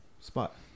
spot